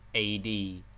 a. d.